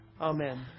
amen